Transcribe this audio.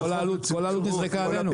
בטח, כל העלות נזרקה עלינו.